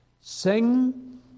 sing